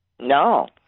No